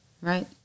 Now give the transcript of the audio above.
Right